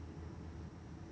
okay